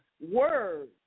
words